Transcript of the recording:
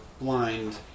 blind